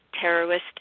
terrorist